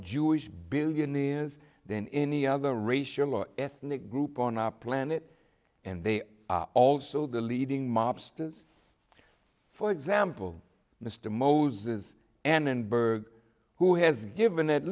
jewish billion is than any other racial or ethnic group on our planet and they are also the leading mobsters for example mr moses annenberg who has given at